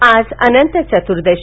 आज अनंतचतुर्दशी